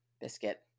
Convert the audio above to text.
Biscuit